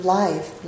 life